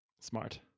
Smart